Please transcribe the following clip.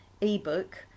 ebook